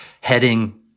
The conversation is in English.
heading